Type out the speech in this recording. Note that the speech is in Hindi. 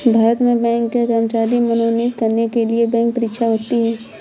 भारत में बैंक के कर्मचारी मनोनीत करने के लिए बैंक परीक्षा होती है